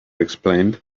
explained